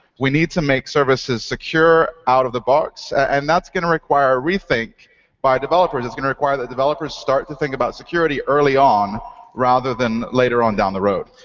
we need to make services secure out of the box. and that's going to require a rethink by developers. it's going to require the developers start to think about security early on rather than later on down the road.